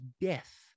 death